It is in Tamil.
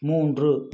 மூன்று